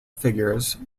figures